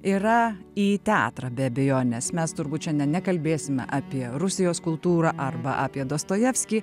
yra į teatrą be abejonės mes turbūt šiandien nekalbėsime apie rusijos kultūrą arba apie dostojevskį